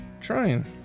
trying